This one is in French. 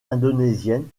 indonésienne